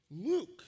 Luke